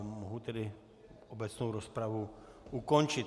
Mohu tedy obecnou rozpravu ukončit.